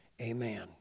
amen